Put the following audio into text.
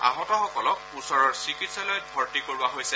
আহতসকলক ওচৰৰ চিকিৎসালয়ত ভৰ্তি কৰোৱা হৈছে